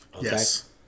Yes